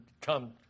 come